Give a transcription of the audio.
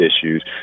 issues